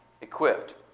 Equipped